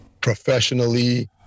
professionally